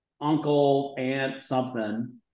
uncle-aunt-something